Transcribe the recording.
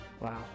Wow